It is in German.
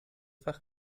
fach